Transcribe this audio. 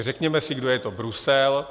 Řekněme si, kdo je to Brusel.